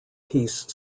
piece